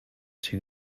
two